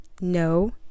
no